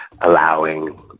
allowing